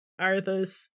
Arthas